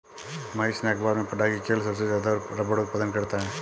महेश ने अखबार में पढ़ा की केरल सबसे ज्यादा रबड़ उत्पादन करता है